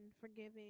forgiving